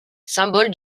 symbole